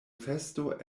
festo